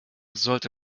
sollte